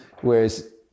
Whereas